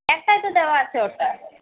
একটাই তো দেওয়া আছে ওটায়